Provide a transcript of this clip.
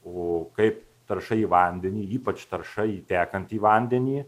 o kaip tarša į vandenį ypač tarša į tekantį vandenį